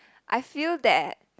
I feel that